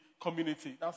community